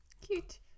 cute